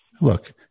Look